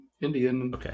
Indian